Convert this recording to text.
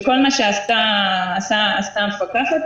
שכל מה שעשתה המפקחת,